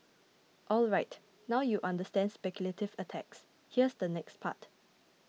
alright now you understand speculative attacks here's the next part